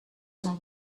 some